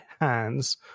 hands